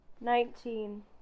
Nineteen